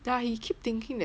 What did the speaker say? ya he keep thinking that